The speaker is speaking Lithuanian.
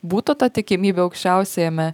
būtų ta tikimybė aukščiausiajame